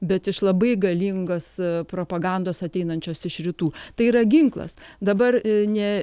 bet iš labai galingos propagandos ateinančios iš rytų tai yra ginklas dabar ne